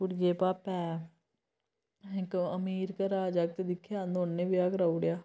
कुड़ियै पापै ऐ इक अमीर घरै दा जागत दिक्खेआ नुआढ़े कन्नै ब्याह् कराऊ उड़ेआ